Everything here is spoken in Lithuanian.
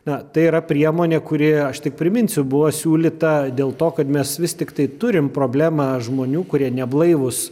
na tai yra priemonė kuri aš tik priminsiu buvo siūlyta dėl to kad mes vis tiktai turim problemą žmonių kurie neblaivūs